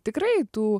tikrai tų